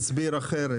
כל אחד מסביר אחרת.